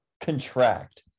contract